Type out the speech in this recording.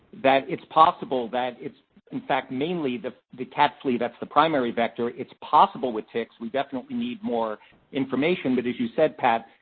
that it's possible that it's in fact mainly the the cat fleas that's the primary vector. it's possible with ticks. we definitely need more information. but as you said, pat,